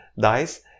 dice